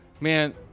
man